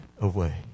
away